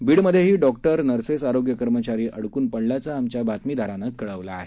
बीडमध्येही doctors nurses आरोग्य कर्मचारी अडकून पडल्याचं आमच्या बातमीदारानं सांगितलं आहे